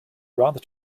rather